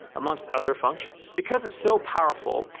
amongst other functions. because it's so powerful,